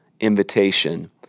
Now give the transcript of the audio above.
invitation